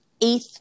eighth